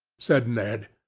said ned.